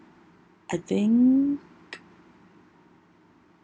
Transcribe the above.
I think